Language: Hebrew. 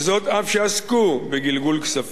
וזאת אף שעסקו בגלגול כספים,